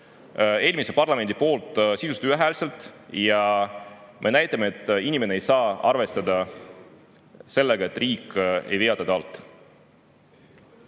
eelmise parlamendi poolt sisuliselt ühehäälselt, ja me näitame, et inimene ei saa arvestada sellega, et riik ei vea teda alt.